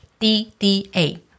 DDA